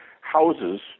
houses